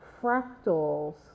fractals